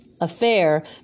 affair